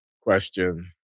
question